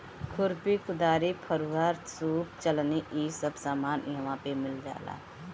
खुरपी, कुदारी, फरूहा, सूप चलनी इ सब सामान इहवा पे मिल जाला